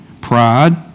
pride